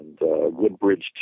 Woodbridge